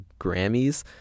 Grammys